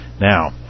now